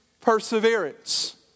perseverance